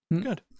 Good